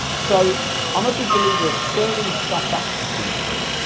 so i'm a big believer of serving stuff up to people